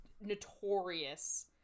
notorious